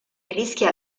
rischia